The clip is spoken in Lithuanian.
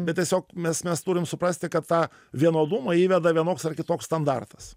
bet tiesiog mes mes turim suprasti kad tą vienodumą įveda vienoks ar kitoks standartas